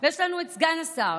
ויש לנו את סגן השר.